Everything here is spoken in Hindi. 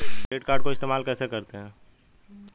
क्रेडिट कार्ड को इस्तेमाल कैसे करते हैं?